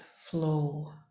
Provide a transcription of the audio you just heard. flow